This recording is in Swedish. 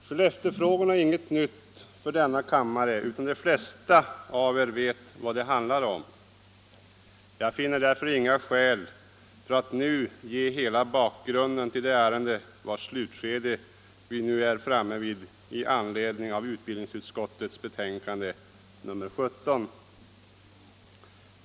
Skelleftefrågorna är inget nytt för denna kammare, utan de flesta av er vet vad det handlar om. Det finns därför ingen anledning för mig att nu ge hela bakgrunden till det ärende vars slutskede vi är framme vid.